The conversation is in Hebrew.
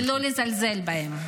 ולא לזלזל בהם.